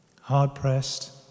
hard-pressed